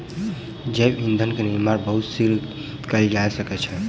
जैव ईंधन के निर्माण बहुत शीघ्र कएल जा सकै छै